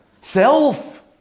Self